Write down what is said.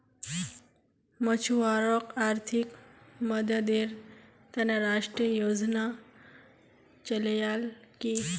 मछुवारॉक आर्थिक मददेर त न राष्ट्रीय योजना चलैयाल की